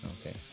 Okay